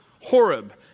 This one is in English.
Horeb